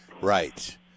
Right